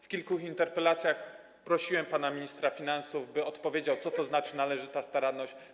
W kilku interpelacjach prosiłem pana ministra finansów, by odpowiedział, co to znaczy należyta staranność.